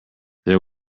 there